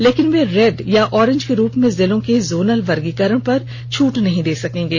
लेकिन वे रेड या ओरेंज के रूप में जिलों के जोनल वर्गीकरण पर छूट नहीं दे सकेंगे